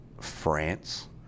France